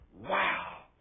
wow